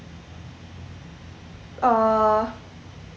uh